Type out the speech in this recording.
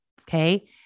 Okay